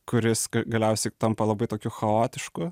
kuris galiausiai tampa labai tokiu chaotišku